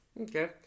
Okay